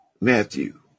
Matthew